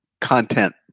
content